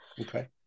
okay